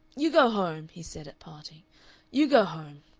you go home, he said, at parting you go home.